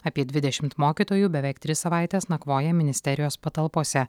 apie dvidešimt mokytojų beveik tris savaites nakvoja ministerijos patalpose